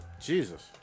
Jesus